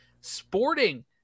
Sporting